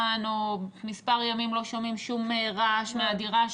או מספר ימים לא שומעים שום רעש מהדירה שלו,